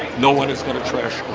no one is going to trash